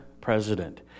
president